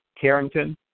Carrington